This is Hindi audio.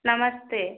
नमस्ते